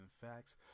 facts